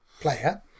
player